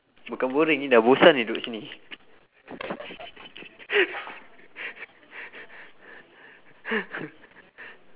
bukan boring ni dah bosan ni duduk sini